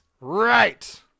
Right